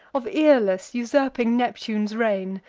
of aeolus usurping neptune's reign?